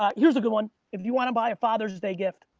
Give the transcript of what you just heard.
ah here's a good one. if you want to buy a father's day gift,